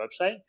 website